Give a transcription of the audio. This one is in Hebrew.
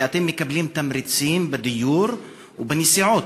כי אתם מקבלים תמריצים בדיור ובנסיעות.